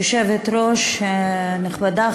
יושבת-ראש נכבדה,